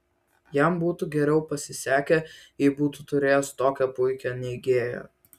jam būtų geriau pasisekę jei būtų turėjęs tokią puikią neigėją